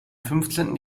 fünfzehnten